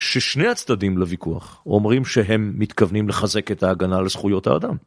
ששני הצדדים לוויכוח אומרים שהם מתכוונים לחזק את ההגנה לזכויות האדם.